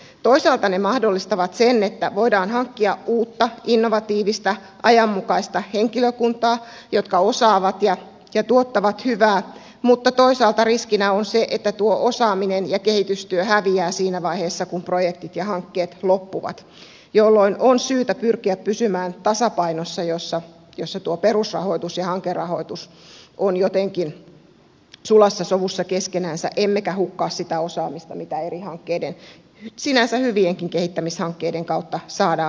toisaalta se mahdollistaa sen että voidaan hankkia uutta innovatiivista ajanmukaista henkilökuntaa joka osaa ja tuottaa hyvää mutta toisaalta riskinä on se että tuo osaaminen ja kehitystyö häviävät siinä vaiheessa kun projektit ja hankkeet loppuvat jolloin on syytä pyrkiä pysymään tasapainossa niin että tuo perusrahoitus ja hankerahoitus ovat jotenkin sulassa sovussa keskenänsä emmekä hukkaa sitä osaamista mitä eri hankkeiden sinänsä hyvienkin kehittämishankkeiden kautta saadaan aikaan